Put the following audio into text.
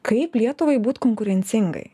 kaip lietuvai būt konkurencingai